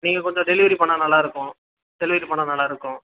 நீங்கள் கொஞ்சம் டெலிவரி பண்ணால் நல்லாயிருக்கும் டெலிவரி பண்ணால் நல்லாயிருக்கும்